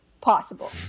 possible